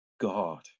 God